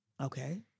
Okay